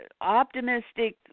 optimistic